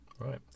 Right